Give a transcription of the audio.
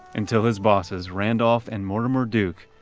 until his bosses, randolph and mortimer duke,